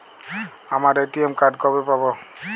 আমার ATM card কবে পাব?